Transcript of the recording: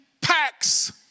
packs